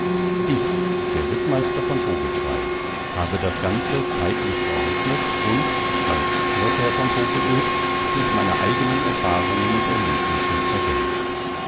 ich der rittmeister von vogelschrey habe das ganze zeitlich geordnet und als schloßherr von vogelöd durch meine eigenen erfahrungen und erlebnisse ergänzt